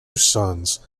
sons